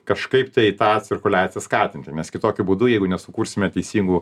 kažkaip tai tą cirkuliaciją skatinti nes kitokiu būdu jeigu nesukursime teisingų